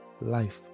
life